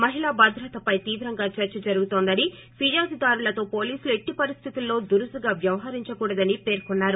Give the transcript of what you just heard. మహిళ భద్రతపై తీవ్రంగా చర్చ జరుగుతోందని ఫిర్యాధిదారులతో పోలీసులు ఎట్టిపరిస్లితుల్లో దురుసుగా వ్యవహరించకూడదనీ పేర్కొన్నారు